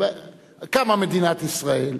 וקמה מדינת ישראל.